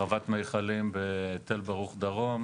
כמו בחוות מיכלים בתל ברוך דרום,